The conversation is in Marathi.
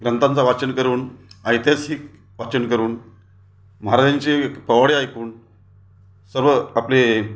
ग्रंंथांचा वाचन करून ऐतिहासिक वाचन करून महाराजांचे पोवाडे ऐकून सर्व आपले